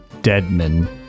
Deadman